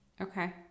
Okay